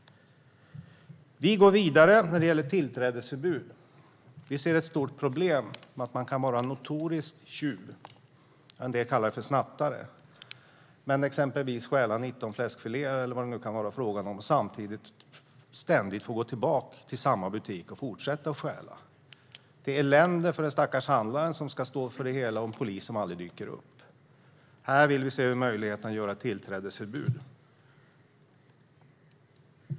Vi går vidare när det gäller tillträdesförbud. Vi ser ett stort problem med att man kan vara notorisk tjuv - en del kallar det för snattare - och exempelvis stjäla 19 fläskfiléer eller vad det nu kan vara fråga om och ändå ständigt få komma tillbaka till samma butik och fortsätta att stjäla. Det är ett elände för den stackars handlare som ska stå för det hela, och polisen dyker aldrig upp. Här vill vi se över möjligheterna till ett tillträdesförbud.